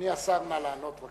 אדוני השר, נא לענות.